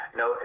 no